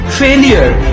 failure